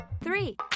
Three